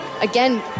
Again